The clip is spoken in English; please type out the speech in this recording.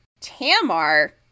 Tamar